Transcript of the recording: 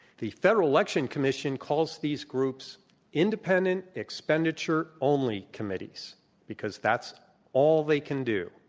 the federal election commission calls these groups independent expenditure only committees because that's all they can do.